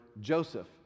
Joseph